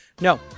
No